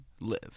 live